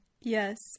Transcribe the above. Yes